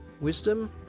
wisdom